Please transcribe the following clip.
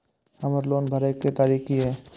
हमर लोन भरए के तारीख की ये?